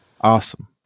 Awesome